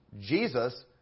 Jesus